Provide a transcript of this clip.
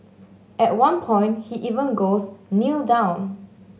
at one point he even goes Kneel down